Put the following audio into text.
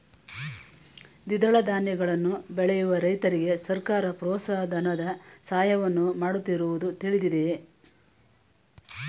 ದ್ವಿದಳ ಧಾನ್ಯಗಳನ್ನು ಬೆಳೆಯುವ ರೈತರಿಗೆ ಸರ್ಕಾರ ಪ್ರೋತ್ಸಾಹ ಧನದ ಸಹಾಯವನ್ನು ಮಾಡುತ್ತಿರುವುದು ತಿಳಿದಿದೆಯೇ?